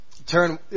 Turn